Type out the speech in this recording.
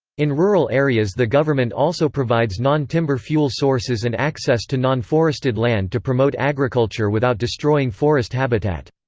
in rural areas the government also provides non-timber fuel sources and access to non-forested land to promote agriculture without destroying forest habitat.